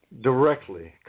directly